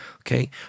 Okay